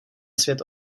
svět